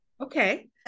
Okay